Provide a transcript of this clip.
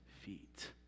feet